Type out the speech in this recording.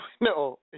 No